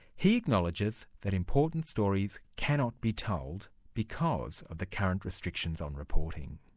he acknowledges that important stories cannot be told because of the current restrictions on reporting.